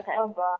Okay